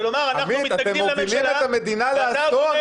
ולומר: אנחנו מתנגדים לממשלה --- עמית,